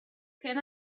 can